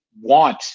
want